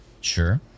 Sure